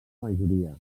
majoria